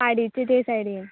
पाडीची तें सायडीन